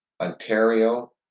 Ontario